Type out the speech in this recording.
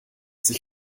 sich